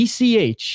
ECH